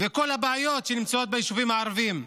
ובכל הבעיות שנמצאות ביישובים הערביים?